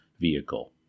vehicle